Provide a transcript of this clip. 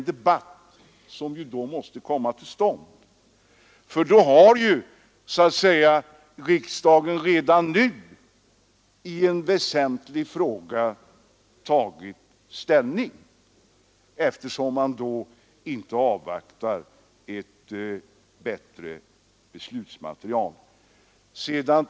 Det skulle innebära att riksdagen i dag tog ställning i en väsentlig fråga utan att avvakta ett bättre beslutsunderlag.